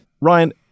Ryan